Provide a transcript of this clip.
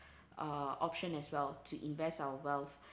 uh option as well to invest our wealth